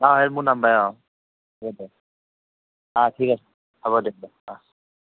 আ এইটো মোৰ নাম্বাৰে আ আ ঠিক আছে হ'ব দিয়ক অহ